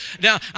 Now